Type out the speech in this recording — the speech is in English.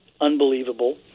unbelievable